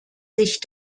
sich